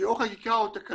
שהיא או חקיקה או תקנות,